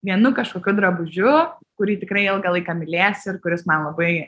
vienu kažkokiu drabužiu kurį tikrai ilgą laiką mylėsiu ir kuris man labai